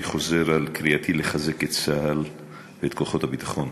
אני חוזר על קריאתי לחזק את צה"ל ואת כוחות הביטחון.